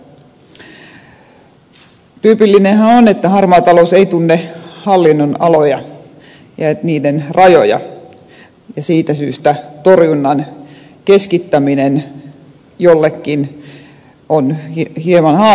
tyypillistähän on että harmaa talous ei tunne hallinnonaloja ja niiden rajoja ja siitä syystä torjunnan keskittäminen jollekin on hieman haasteellista